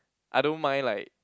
I don't mind like